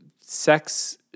sex